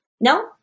No